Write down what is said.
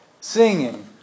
singing